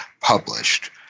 published